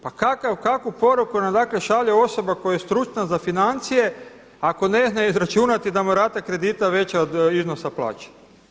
Pa kakvu poruku nam dakle šalje osoba koja je stručna za financije ako ne zna izračunati da mu je rata kredita veća od iznosa plaće.